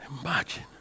Imagine